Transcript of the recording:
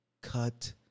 cut